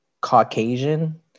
Caucasian